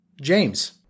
James